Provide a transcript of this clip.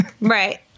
right